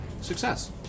Success